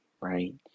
right